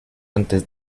antes